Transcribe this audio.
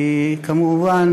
כמובן,